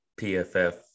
PFF